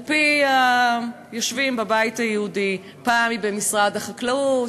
על-פי היושבים בבית היהודי: פעם היא במשרד החקלאות,